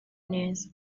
neza